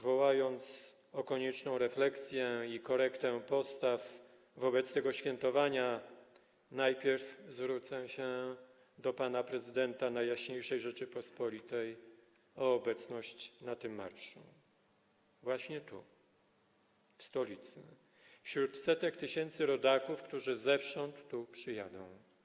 Wołając o konieczną refleksję i korektę postaw wobec tego świętowania, najpierw zwrócę się do pana prezydenta Najjaśniejszej Rzeczypospolitej o obecność na tym marszu właśnie tu, w stolicy, wśród setek tysięcy rodaków, którzy zewsząd tu przyjadą.